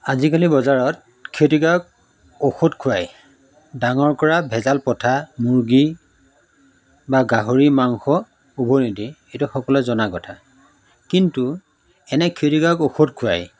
আজিকালি বজাৰত ক্ষতিকাৰক ঔষধ খুৱায় ডাঙৰ কৰা ভেজাল পথা মুৰ্গী বা গাহৰি মাংস উভৈনদী এইটো সকলোৱে জনা কথা কিন্তু এনে ক্ষতিকাৰক ঔষধ খুৱাই